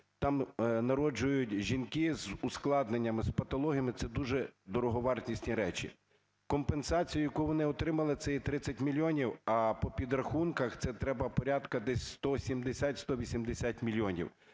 там народжують жінки з ускладненнями, з патологіями – це дуже дороговартісні речі. Компенсацію, яку вони отримали, це є 30 мільйонів, а по підрахунках це треба порядку десь 170-180 мільйонів.